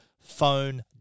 phone